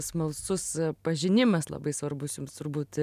smalsus pažinimas labai svarbus jums turbūt